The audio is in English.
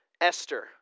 Esther